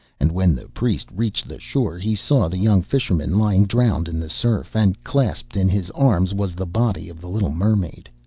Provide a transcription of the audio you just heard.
and when the priest reached the shore he saw the young fisherman lying drowned in the surf, and clasped in his arms was the body of the little mermaid.